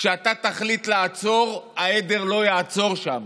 כשאתה תחליט לעצור, העדר לא יעצור שם.